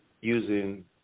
using